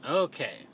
Okay